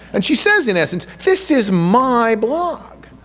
and she says in essence, this is my blog.